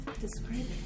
Describe